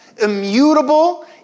immutable